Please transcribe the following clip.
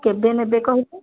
କେବେ ନେବେ କହିଲେ